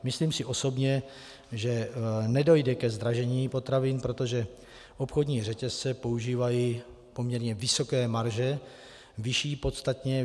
Myslím si osobně, že nedojde ke zdražení potravin, protože obchodní řetězce používají poměrně vysoké marže, podstatně vyšší.